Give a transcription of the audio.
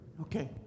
Okay